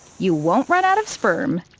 you won't run out of sperm.